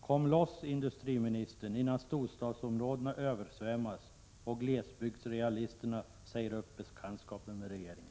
Kom loss, industriministern, innan storstadsområdena översvämmas och glesbygdsrealisterna säger upp bekantskapen med regeringen.